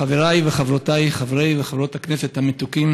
חברי וחברותי חברי וחברות הכנסת המתוקים